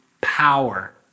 power